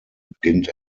beginnt